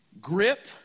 grip